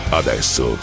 adesso